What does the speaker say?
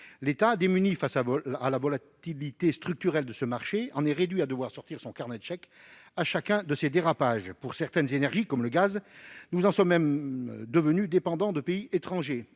L'État, démuni face à la volatilité structurelle de ce marché, en est réduit à devoir sortir son carnet de chèques à chacun de ces dérapages. Pour certaines énergies, comme le gaz, nous sommes même devenus dépendants de pays étrangers.